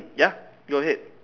ya go ahead